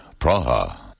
Praha